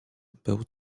był